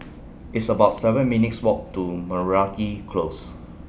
It's about seven minutes' Walk to Meragi Close